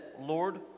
Lord